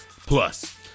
plus